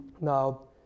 Now